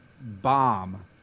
bomb